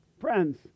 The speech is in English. Friends